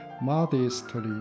modestly